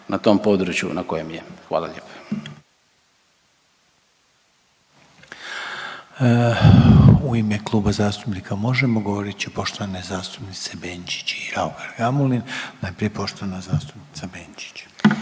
na tom području na kojem je. Hvala lijepo. **Reiner, Željko (HDZ)** U ime Kluba zastupnika Možemo!, govorit će poštovane zastupnice Benčić i Raukar-Gamulin. najprije poštovana zastupnica Benčić.